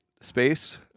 space